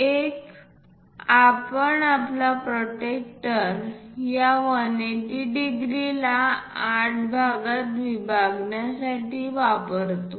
एक आपण आपला प्रोटेक्टर या 180° ला 8 भागात विभागण्यासाठी वापरतो